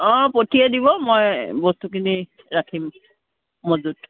অঁ পঠিয়াই দিব মই বস্তুখিনি ৰাখিম মজুত